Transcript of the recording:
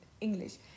English